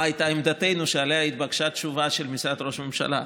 הייתה עמדתנו שעליה התבקשה תשובה של משרד ראש הממשלה.